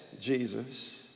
Jesus